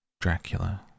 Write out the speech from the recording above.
Dracula